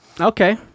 Okay